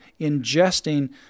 ingesting